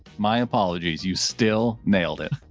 my apologies. you still nailed it.